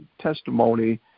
testimony